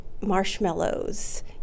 marshmallows